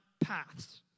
paths